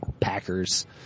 Packers